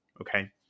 okay